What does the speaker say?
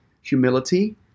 humility